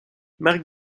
marc